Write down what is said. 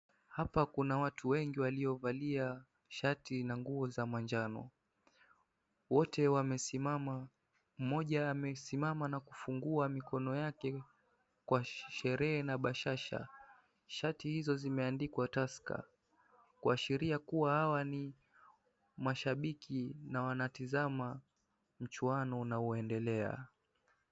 Hapa kuna watu wengi waliovalia shati na nguo za manjano . Wote wamesimama, mmoja amesimama na kufungua mikono yake Kwa sherehe na bashasha. Shati hizo zimeandikwa Tusker kuashiria kuwa hawa ni mashabiki na wanatazama mchwano na wanaogelea.